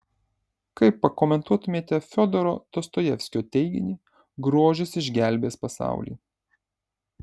kaip pakomentuotumėte fiodoro dostojevskio teiginį grožis išgelbės pasaulį